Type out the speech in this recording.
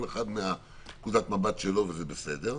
וכל אחד מנקודת המבט שלו וזה בסדר: